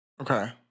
Okay